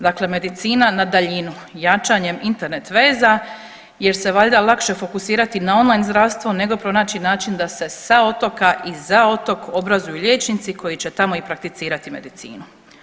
Dakle, medicina na daljinu jačanjem Internet veza jer se valjda lakše fokusirati na online zdravstvo nego pronaći način da se sa otoka i za otok obrazuju liječnici koji će tamo i prakticirati medicinu.